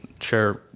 share